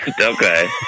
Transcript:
Okay